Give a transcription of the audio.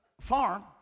farm